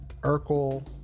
Urkel